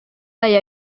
aya